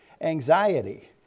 Anxiety